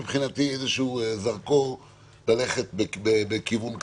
וזה מבחינתי איזשהו זרקור ללכת בכיוון כזה.